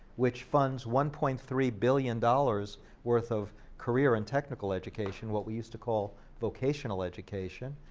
which funds one point three billion dollars worth of career and technical education, what we used to call vocational education,